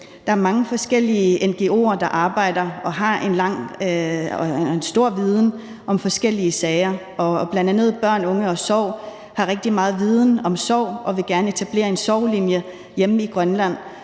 der er mange forskellige ngo'er, der arbejder med og har en stor viden om forskellige sager, og bl.a. Børn, Unge & Sorg har rigtig meget viden om sorg og vil gerne etablere en sorglinje hjemme i Grønland.